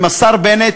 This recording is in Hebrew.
השר בנט,